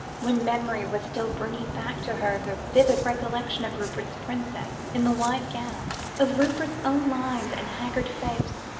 when memory was still bringing back to her the vivid recollection of rupert's princess in the white gown, of rupert's own lined and haggard face,